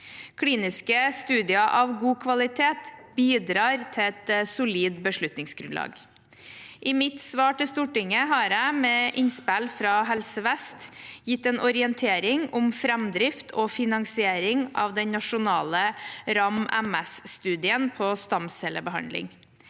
Kliniske studier av god kvalitet bidrar til et solid beslutningsgrunnlag. I mitt svar til Stortinget har jeg, med innspill fra Helse vest, gitt en orientering om framdrift og finansiering av den nasjonale RAM-MS-studien på stamcellebehandling.